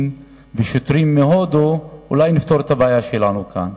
ושוטרים מהודו ונפתור את הבעיה שלנו כאן.